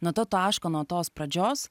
nuo to taško nuo tos pradžios